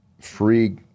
free